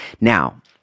Now